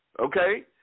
okay